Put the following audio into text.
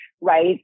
right